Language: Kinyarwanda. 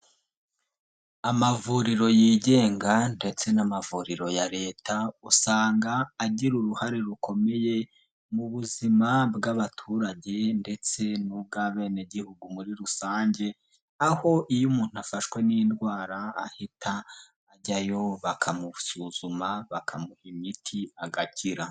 Amavuriro yigenga ndetse n'amavuriro ya Leta usanga agira uruhare rukomeye mu buzima bw'abaturage ndetse n'ubwaabenegihugu muri rusange, aho iyo umuntu afashwe n'indwara ahita ajyayo bakamusuzuma bakamuha imiti agakira.